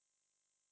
!wah!